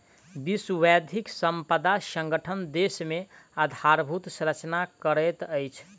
विश्व बौद्धिक संपदा संगठन देश मे आधारभूत संरचना करैत अछि